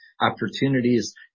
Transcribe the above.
Opportunities